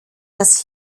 dass